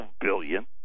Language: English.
billion